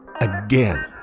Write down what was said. Again